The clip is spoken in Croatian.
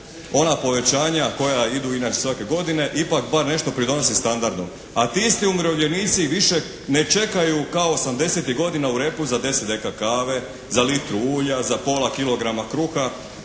ona povećanja koja idu i na svake godine ipak bar nešto doprinosi standardu. A ti isti umirovljenici više ne čekaju kao '80.-tih godina u repu za 10 deka kave, za litru ulja, za pola kilograma kruha,